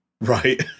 Right